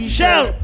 Shell